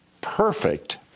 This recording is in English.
perfect